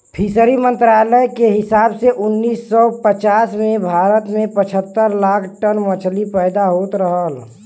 fishery मंत्रालय के हिसाब से उन्नीस सौ पचास में भारत में पचहत्तर लाख टन मछली पैदा होत रहल